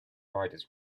riders